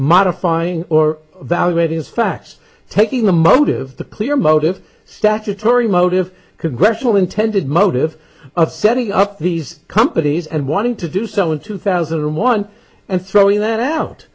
modifying or evaluate his facts taking the motive the clear motive statutory motive congressional intended motive of setting up these companies and wanting to do so in two thousand and one and throwing that out